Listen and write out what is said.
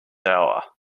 hour